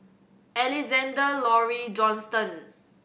Alexander Laurie Johnston